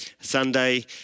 Sunday